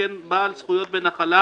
וכן בעל זכויות בנחלה,